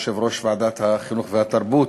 יושב-ראש ועדת החינוך והתרבות